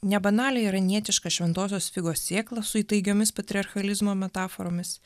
nebanalią iranietišką šventosios figos sėklą su įtaigiomis patriarchalizmo metaforomis